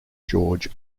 george